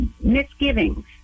misgivings